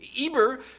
Eber